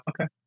Okay